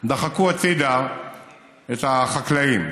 דחקו הצידה את החקלאים.